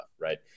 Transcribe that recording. right